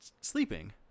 sleeping